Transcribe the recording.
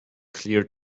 clear